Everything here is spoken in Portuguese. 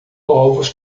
povos